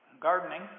gardening